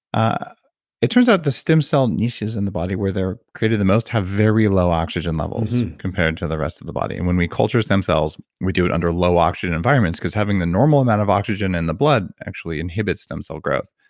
ah it turns out the stem cell niches in the body where they're created the most have very low oxygen levels compared to the rest of the body. and when we culture stem cells we do it under low-oxygen environments because having the normal amount of oxygen in the blood actually inhibits stem cell growth.